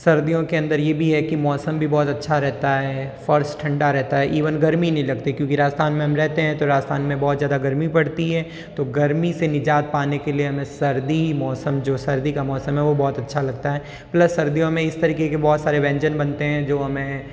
सर्दियों के अन्दर ये भी है कि मौसम भी बहुत अच्छा रहता है फर्श ठंडा रहता है इवन गर्मी नहीं लगती क्योंकि राजस्थान में हम रहते है तो राजस्थान में बहुत ज़्यादा गर्मी पड़ती है तो गर्मी से निजात पाने के लिए हमें सर्दी मौसम जो सर्दी का मौसम है वो बहुत अच्छा लगता है प्लस सर्दियों में इस तरीके के बहुत सारे व्यंजन बनते है जो हमें